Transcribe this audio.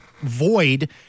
void